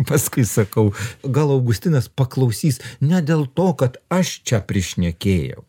paskui sakau gal augustinas paklausys ne dėl to kad aš čia prišnekėjau